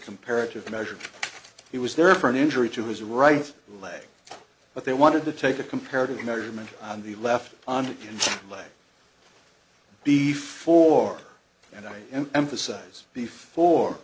comparative measure he was there for an injury to his right leg but they wanted to take a comparative measurement on the left on the way before and i emphasize before